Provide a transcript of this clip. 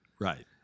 Right